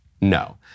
No